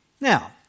Now